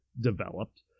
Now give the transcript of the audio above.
developed